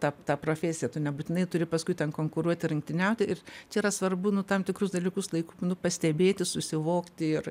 tą tą profesiją tu nebūtinai turi paskui ten konkuruoti rungtyniauti ir čia yra svarbu nu tam tikrus dalykus laiku pastebėti susivokti ir